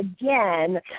again